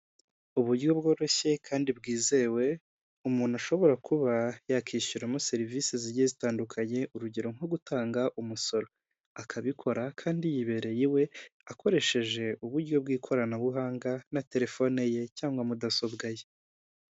Uburyo bworoshye kandi bwizewe, umuntu ashobora kuba yakishyuramo serivisi zigiye zitandukanye, urugero nko gutanga umusoro. Akabikora kandi yibereye iwe, akoresheje uburyo bw'ikoranabuhanga na terefone ye cyangwa mudasobwa ye.